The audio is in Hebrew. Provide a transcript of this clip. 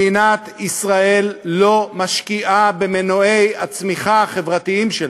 מדינת ישראל לא משקיעה במנועי הצמיחה החברתיים שלה.